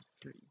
three